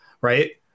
right